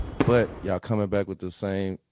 but y'all coming back with the same,